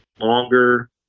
longer